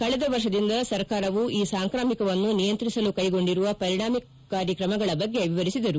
ಕಳೆದ ವರ್ಷದಿಂದ ಸರ್ಕಾರವು ಈ ಸಾಂಕ್ರಾಮಿಕವನ್ನು ನಿಯಂತ್ರಿಸಲು ಕ್ನೆಗೊಂಡಿರುವ ಪರಿಣಾಮಕಾರಿ ಕ್ರಮಗಳ ಬಗ್ಗೆ ವಿವರಿಸಿದರು